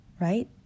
right